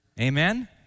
Amen